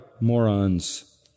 morons